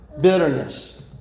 Bitterness